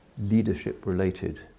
leadership-related